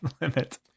limit